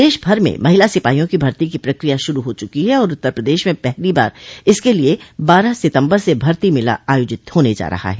देशभर में महिला सिपाहियों की भर्ती की प्रक्रिया शुरू हो चुकी है और उत्तर प्रदेश में पहली बार इसके लिए बारह सितम्बर से भर्ती मेला अयोजित होने जा रहा है